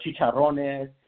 chicharrones